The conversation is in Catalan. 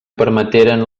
permeteren